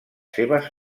seves